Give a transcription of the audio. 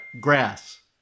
Grass